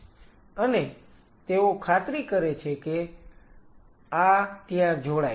અને તેઓ ખાતરી કરે છે કે આ ત્યાં જોડાય છે